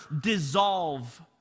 dissolve